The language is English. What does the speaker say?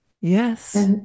Yes